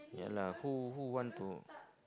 yeah lah who who want to